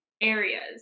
areas